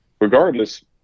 regardless